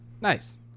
Nice